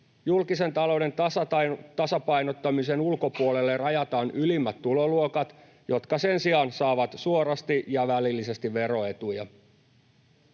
Julkisen talouden tasapainottamisen ulkopuolelle rajataan ylimmät tuloluokat, jotka sen sijaan saavat suorasti ja välillisesti veroetuja.